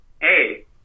hey